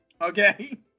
Okay